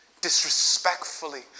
disrespectfully